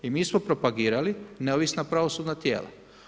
I mi smo propagirali neovisna pravosudna tijela.